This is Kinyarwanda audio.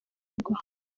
bwo